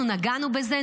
אנחנו נגענו בזה,